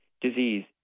disease